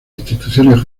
instituciones